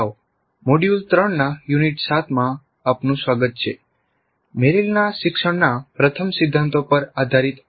module 3ના unit 9 માં આપનું સ્વાગત છે મેરિલના શિક્ષણના પ્રથમ સિદ્ધાંતો પર આધારિત આઈ